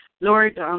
Lord